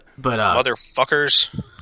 Motherfuckers